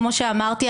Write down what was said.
כמו שאמרתי,